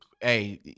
Hey